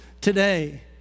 today